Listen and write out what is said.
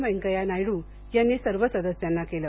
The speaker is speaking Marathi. वेकैया नायडू यांनी सर्व सदस्यांना केलं